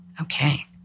Okay